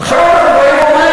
עכשיו אנחנו אומרים,